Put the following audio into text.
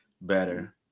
better